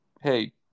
Hey